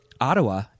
Ottawa